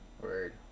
Word